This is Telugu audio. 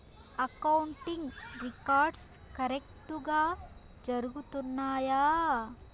అకౌంటింగ్ రికార్డ్స్ కరెక్టుగా జరుగుతున్నాయా